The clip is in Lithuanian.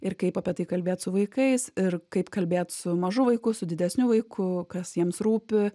ir kaip apie tai kalbėt su vaikais ir kaip kalbėt su mažu vaiku su didesniu vaiku kas jiems rūpi